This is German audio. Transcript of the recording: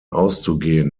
auszugehen